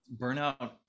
burnout